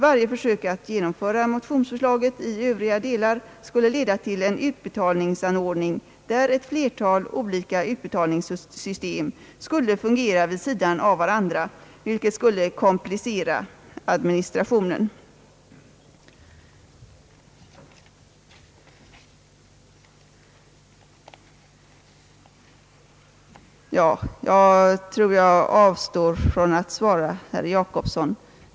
Varje försök att genomföra motionsförslaget i övriga delar skulle leda till en utbetalningsordning där ett flertal olika utbetalningssystem skulle fungera vid sidan av varandra, vilket skulle komplicera administrationen.» Jag tror jag avstår från att svara herr Per Jacobsson.